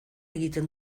egiten